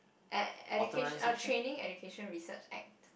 e~ edu~ oh training education research act